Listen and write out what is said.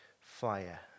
fire